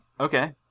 Okay